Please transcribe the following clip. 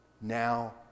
Now